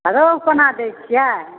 आओर रोहु कोना दै छिए